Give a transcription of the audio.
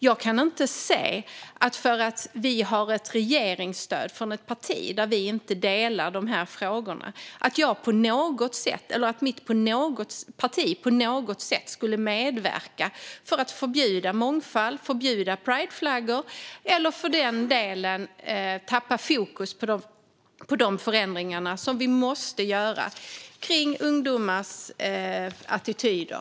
Jag kan inte se att mitt parti, för att vi har ett regeringsstöd från ett parti vars uppfattning i dessa frågor vi inte delar, på något sätt skulle medverka till att förbjuda mångfald eller prideflaggor eller, för den delen, till att vi tappar fokus på de förändringar vi framgent måste göra när det gäller ungdomars attityder.